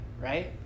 right